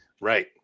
Right